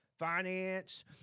finance